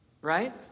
Right